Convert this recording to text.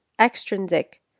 extrinsic